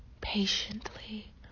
patiently